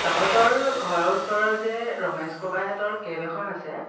তহঁতৰ ঘৰৰ ওচৰৰ যে ৰমেশ ককাইহঁতৰ কেব এখন আছে